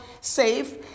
safe